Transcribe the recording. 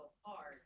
hard